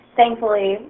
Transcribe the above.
thankfully